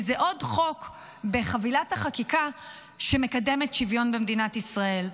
וזה עוד חוק בחבילת החקיקה שמקדמת שוויון במדינת ישראל.